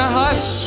hush